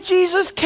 Jesus